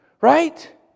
Right